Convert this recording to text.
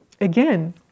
again